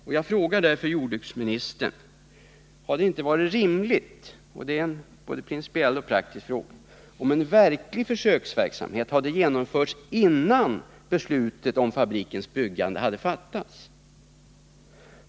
Jag vill därför fråga jordbruksministern: Hade det inte varit rimligt — det är en både principiell och praktisk fråga — att genomföra en verklig försöksverksamhet innan beslutet om fabrikens byggande fattades?